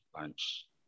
lunch